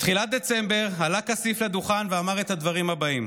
בתחילת דצמבר עלה עופר כסיף לדוכן ואמר את הדברים הבאים: